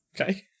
Okay